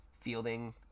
fielding